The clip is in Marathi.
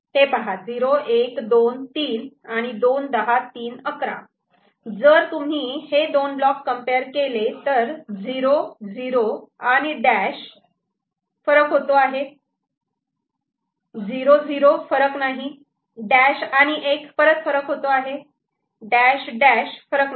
हे पहा 0 1 2 3 आणि 2 10 3 11 जर तुम्ही हे दोन ब्लॉक कम्पेअर केले तर 0 झिरो आणि डॅश फरक होतो आहे 0 0 फरक नाही डॅश आणि 1 परत फरक होतो आहे डॅश डॅश फरक नाही